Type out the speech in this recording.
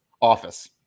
office